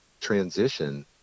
transition